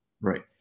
Right